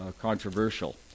controversial